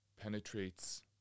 penetrates